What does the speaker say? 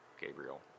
Gabriel